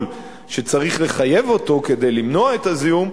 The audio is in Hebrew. שצריך לחייב אותו בו כדי למנוע את הזיהום,